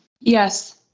Yes